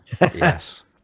Yes